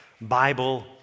Bible